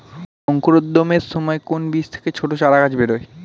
অঙ্কুরোদ্গমের সময় কোন বীজ থেকে ছোট চারাগাছ বেরোয়